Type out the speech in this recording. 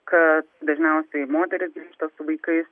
kad dažniausiai moteris su vaikais